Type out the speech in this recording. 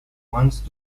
once